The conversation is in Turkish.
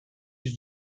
yüz